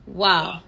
wow